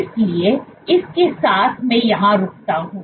इसलिए इसके साथ मैं यहां रुकता हूं